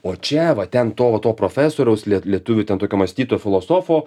o čia va ten to va to profesoriaus lietuvių ten tokio mąstytojo filosofo